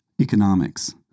economics